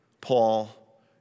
Paul